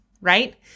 right